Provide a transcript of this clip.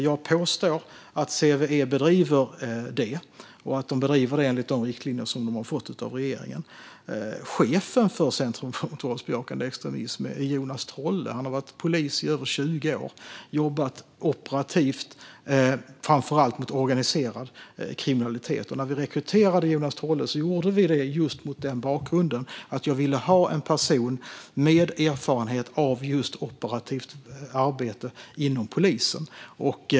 Jag påstår att CVE bedriver det och att man bedriver det enligt de riktlinjer som man har fått av regeringen. Chef för Center mot våldsbejakande extremism är Jonas Trolle. Han har varit polis i över 20 år och jobbat operativt, framför allt mot organiserad kriminalitet. När vi rekryterade Jonas Trolle gjorde vi det just mot denna bakgrund. Jag ville ha en person med erfarenhet av operativt arbete inom polisen.